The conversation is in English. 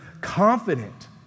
confident